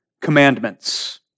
commandments